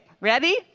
Ready